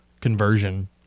conversion